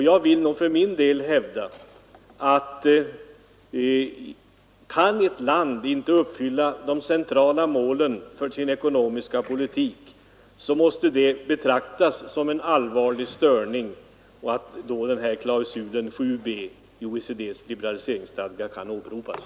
Jag vill för min del hävda att om ett land inte kan uppfylla de centrala målen för sin ekonomiska politik, så måste det betraktas som en allvarlig störning, och då bör klausulen 7 i OECD ss liberaliseringsstadga kunna åberopas.